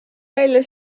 välja